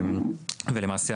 למעשה,